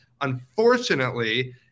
Unfortunately